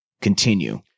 continue